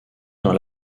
dans